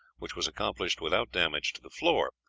which was accomplished without damage to the floor,